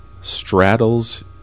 straddles